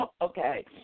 Okay